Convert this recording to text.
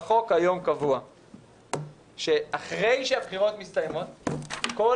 בחוק היום קבוע שאחרי שהבחירות מסתיימות כל